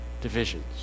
divisions